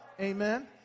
Amen